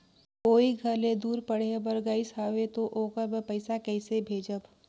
कोई घर ले दूर पढ़े बर गाईस हवे तो ओकर बर पइसा कइसे भेजब?